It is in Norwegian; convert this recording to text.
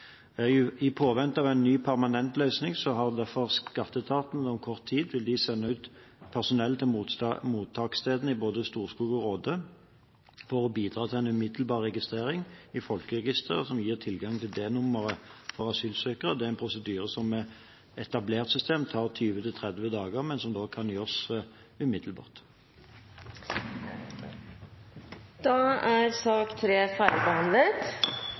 I påvente av en ny permanent løsning vil skatteetaten om kort tid sende ut personell til mottaksstedene i både Storskog og Råde for å bidra til en umiddelbar registrering i Folkeregisteret, som gir tilgang til D-nummer for asylsøkere. Det er en prosedyre som med et etablert system tar 20 til 30 dager, men som da kan gjøres umiddelbart. Interpellasjonsdebatten er